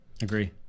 agree